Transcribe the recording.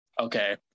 okay